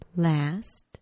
Last